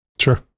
Sure